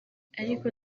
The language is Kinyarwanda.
ariko